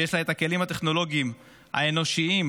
שיש לה את הכלים הטכנולוגיים, האנושיים,